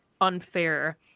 unfair